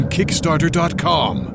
Kickstarter.com